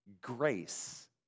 grace